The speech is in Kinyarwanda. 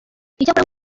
icyakora